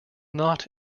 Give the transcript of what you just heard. knot